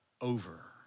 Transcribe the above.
over